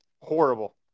horrible